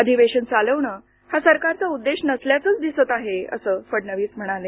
अधिवेशन चालवणं हा सरकारचा उद्देश नसल्याचंच दिसत असल्याचं फडणवीस म्हणाले